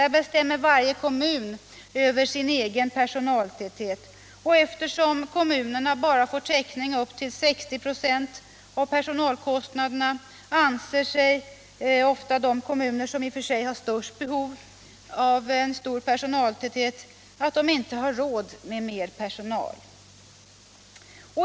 Där bestämmer varje kommun över sin egen personaltäthet, och eftersom kommunerna bara får täckning för upp till 60 96 av personalkostnaderna anser ofta de kommuner som har störst behov av stor personaltäthet att de inte har råd med mer personal.